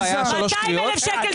200,000 שקל ספרים.